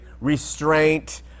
restraint